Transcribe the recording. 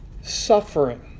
Suffering